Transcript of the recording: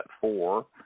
four